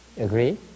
Agree